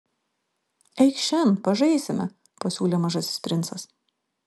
eikš šen pažaisime pasiūlė mažasis princas